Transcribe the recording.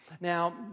Now